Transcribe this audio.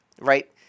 right